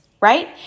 right